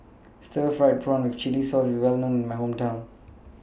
Stir Fried Prawn with Chili Sauce IS Well known in My Hometown